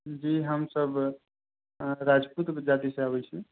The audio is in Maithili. जी हमसब राजपूत बिरादरी से अबै छी